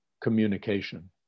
communication